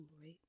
right